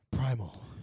Primal